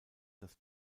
das